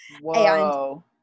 Whoa